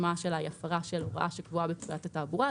משמעה הפרה של הוראה שקבועה בפקודת התעבורה,